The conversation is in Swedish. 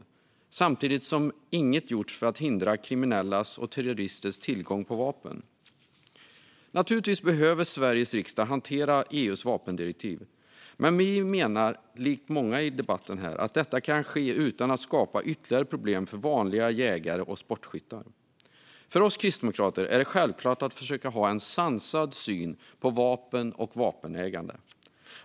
Men samtidigt har inget gjorts för att hindra kriminellas och terroristers tillgång på vapen. Naturligtvis behöver Sveriges riksdag hantera EU:s vapendirektiv, men likt många i debatten menar Kristdemokraterna att detta kan ske utan att man skapar ytterligare problem för vanliga jägare och sportskyttar. För oss kristdemokrater är det självklart att försöka ha en sansad syn på vapen och vapenägande.